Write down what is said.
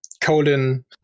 colon